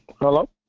Hello